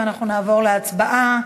אנחנו נעבור להצבעה.